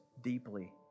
deeply